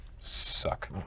Suck